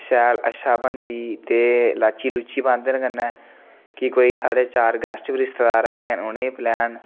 शैल अच्छा बनदी ते लाची लुची पांदे न कन्नै कि कोई साढ़े सार गेस्ट बी रिश्तेदार आई जान उ'नेंगी प्लैन